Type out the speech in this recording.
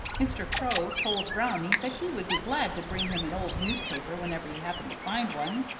mr. crow told brownie that he would be glad to bring him an old newspaper whenever he happened to find one.